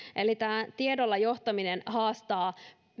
eli tämä tiedolla johtaminen haastaa